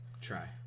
Try